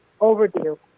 overdue